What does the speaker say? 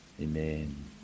Amen